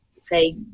say